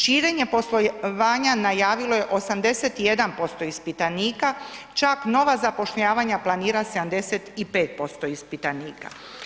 Širenje poslovanja najavilo je 81% ispitanika, čak nova zapošljavanja planira 75% ispitanika.